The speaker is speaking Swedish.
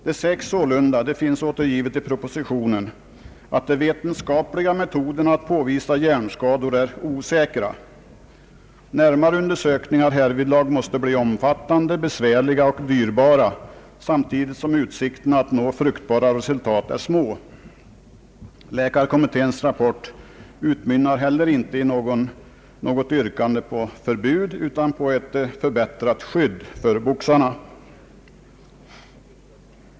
Det sägs sålunda — detta finns återgivet i propositionen — att de vetenskapliga metoderna att påvisa hjärnskador är osäkra och att närmare undersökningar härvidlag måste bli omfattande, besvärliga och dyrbara, samtidigt som utsikterna att nå fruktbara resultat är små. Läkarkommitténs rapport utmynnar inte heller i något yrkande på förbud utan i ett yrkande på förbättrat skydd för boxarna.